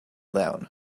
down